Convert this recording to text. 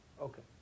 Okay